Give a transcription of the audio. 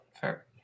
fair